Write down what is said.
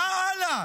מה הלאה?